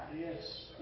Yes